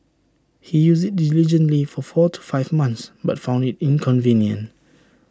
he used IT diligently for four to five months but found IT inconvenient